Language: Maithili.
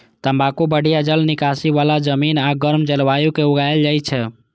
तंबाकू बढ़िया जल निकासी बला जमीन आ गर्म जलवायु मे उगायल जाइ छै